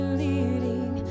leading